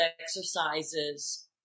exercises